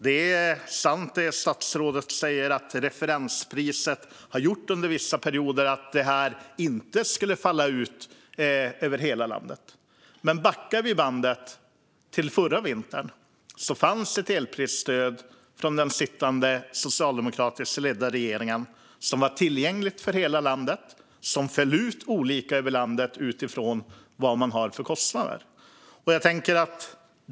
Det är sant som statsrådet säger att referenspriset under vissa perioder har gjort att detta inte skulle falla ut över hela landet. Men backar vi bandet till förra vintern fanns ett elprisstöd från den socialdemokratiskt ledda regeringen som var tillgängligt för hela landet och som föll ut olika över landet utifrån vad man hade för kostnader.